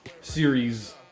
Series